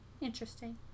Interesting